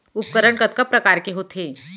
उपकरण कतका प्रकार के होथे?